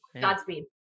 Godspeed